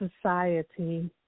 society